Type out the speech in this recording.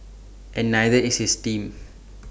and neither is his team